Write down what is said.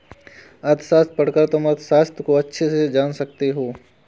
अर्थशास्त्र पढ़कर तुम अर्थव्यवस्था को अच्छे से जान सकते हो